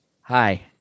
Hi